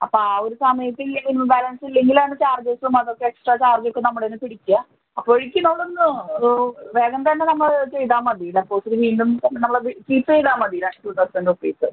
അപ്പം ആ ഒരു സമയത്ത് ഇല്ലെങ്കിൽ മിനിമം ബാലൻസ് ഇല്ലെങ്കിൽ ആണ് ചാർജസും അതൊക്കെ എക്സ്ട്രാ ചാർജോക്കെ നമ്മളതിൽ നിന്ന് പിടിക്കുക അപ്പോഴേക്കും നമ്മൾ ഒന്ന് വേഗം തന്നെ നമ്മൾ ചെയ്താൽമതി ഡെപ്പോസിറ്റ് വീണ്ടും നമ്മൾ അത് കീപ്പ് ചെയ്താൽ മതി ടു തൗസൻഡ് റുപ്പീസ്